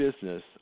business